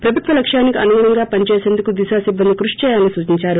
ప్రభుత్వ లక్ష్వానికి అనుగుణంగా పనిచేసేందుకు దిశ సిబ్బంది క్పషి చేయాలని సూచించారు